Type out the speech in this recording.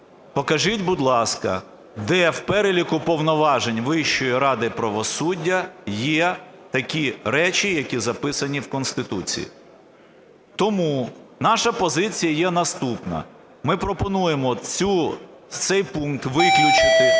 Покажіть, будь ласка, де в переліку повноважень Вищої ради правосуддя є такі речі, які записані в Конституції. Тому наша позиція є наступна: ми пропонуємо цей пункт виключити